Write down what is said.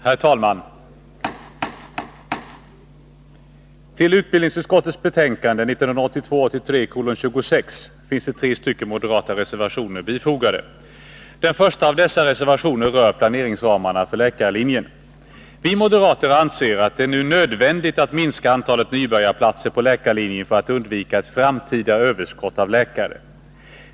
Herr talman! Till utbildningsutskottets betänkande 1982/83:26 har fogats tre stycken moderata reservationer. Den första av dessa reservationer rör planeringsramarna för läkarlinjen. Vi moderater anser att det nu är nödvändigt att minska antalet nybörjarplatser på läkarlinjen för att undvika ett framtida överskott av läkare.